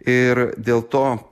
ir dėl to